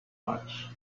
march